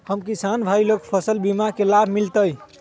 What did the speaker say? हम किसान भाई लोग फसल बीमा के लाभ मिलतई?